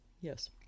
Yes